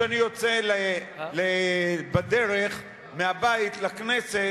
כשאני יוצא בדרך מהבית לכנסת,